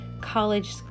college